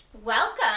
Welcome